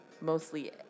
Mostly